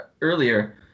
earlier